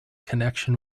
connection